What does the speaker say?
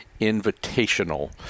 Invitational